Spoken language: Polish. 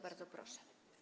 Bardzo proszę.